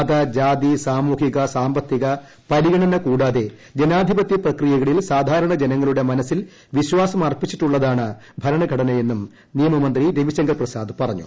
മത ജാതി സാമൂഹിക സാമ്പത്തിക പരിഗണന കൂടാതെ ജനാധിപത്യ പ്രക്രിയകളിൽ സാധാരണ ജനങ്ങളുടെ മനസ്സിൽ വിശ്വാമർപ്പിച്ചിട്ടുള്ളതാണ് ഭരണഘടനയെന്നും നിയമമന്ത്രി രവിശങ്കർ പ്രസാദ് പറഞ്ഞു